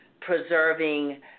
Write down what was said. preserving